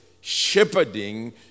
shepherding